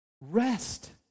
Rest